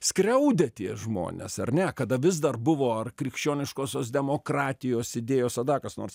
skriaudė tie žmonės ar ne kada vis dar buvo ar krikščioniškosios demokratijos idėjos o da kas nors